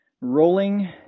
rolling